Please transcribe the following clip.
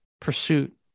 pursuit